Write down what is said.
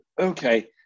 okay